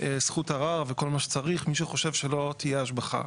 זכות ערר וכל מה שצריך, מי שחושב שלא תהיה השבחה.